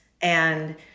And-